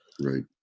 Right